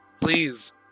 please